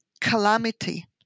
calamity